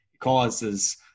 causes